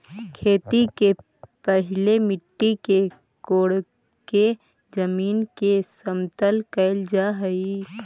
खेती के पहिले मिट्टी के कोड़के जमीन के समतल कैल जा हइ